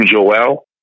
Joel